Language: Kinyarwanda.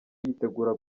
yitegura